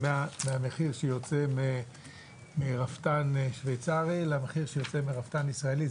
המחיר שיוצא מרפתן שוויצרי למחיר שיוצא מרפתן ישראלי?